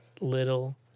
little